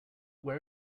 where